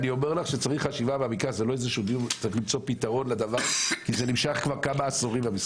אני אומר לך שצריך למצוא פתרון כי המשחק הזה נמשך כבר כמה עשורים.